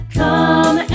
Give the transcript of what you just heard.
come